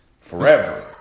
Forever